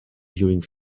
during